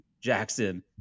Jackson